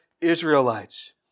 Israelites